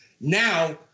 Now